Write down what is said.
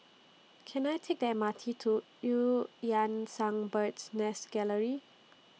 Can I Take The M R T to EU Yan Sang Bird's Nest Gallery